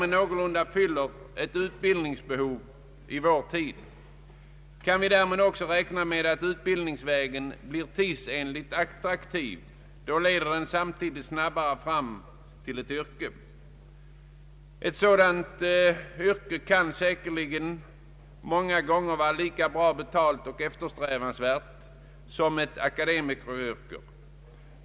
Kan vi därmed också räkna med att utbildningsvägen blir tidsenligt attraktiv, leder den samtidigt snabbare fram till ett yrke, som säkerligen många gånger kan vara lika bra betalt och eftersträvansvärt som ett akademikeryrke.